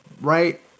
right